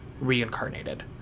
reincarnated